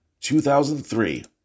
2003